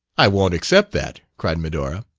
i won't accept that! cried medora.